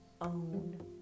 own